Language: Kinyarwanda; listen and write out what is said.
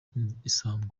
isonga